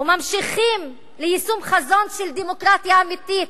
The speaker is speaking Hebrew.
וממשיכים ליישום חזון של דמוקרטיה אמיתית,